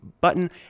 button